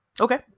Okay